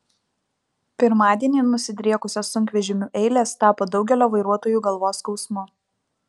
pirmadienį nusidriekusios sunkvežimių eilės tapo daugelio vairuotojų galvos skausmu